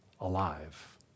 alive